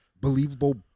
believable